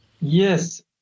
Yes